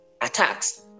attacks